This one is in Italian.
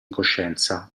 incoscienza